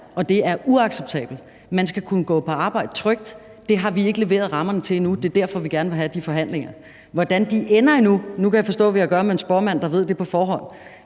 at det er uacceptabelt. Man skal kunne gå trygt på arbejde. Det har vi ikke leveret rammerne til endnu, og det er derfor, vi gerne vil have de forhandlinger. Nu kan jeg forstå, vi har at gøre med en spåmand, der ved det på forhånd,